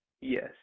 Yes